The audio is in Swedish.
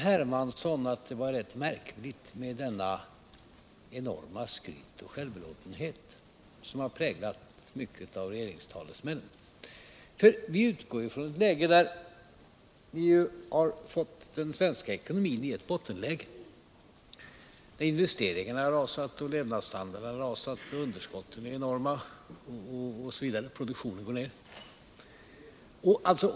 Hermansson att det var rätt märkligt med detta enorma skryt och denna självbelåtenhet som har präglat mycket av regeringstalesmännen. Vi utgår från en situation där ni har fått den svenska ekonomin i ett bottenläge, där investeringarna har rasat, levnadsstandarden har rasat, underskotten är enorma och produktionen går ned.